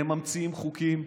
הם ממציאים חוקים.